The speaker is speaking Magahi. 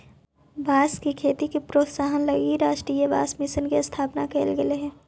बाँस के खेती के प्रोत्साहन हलगी राष्ट्रीय बाँस मिशन के स्थापना कैल गेल हइ